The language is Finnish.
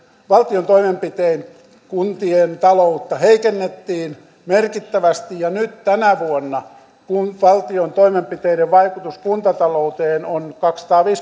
valtion toimenpitein kuntien taloutta heikennettiin merkittävästi ja nyt tänä vuonna valtion toimenpiteiden vaikutus kuntatalouteen on kaksisataaviisikymmentä